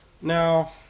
Now